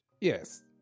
Yes